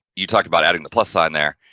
you talk about adding the plus sign there,